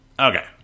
Okay